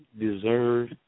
deserve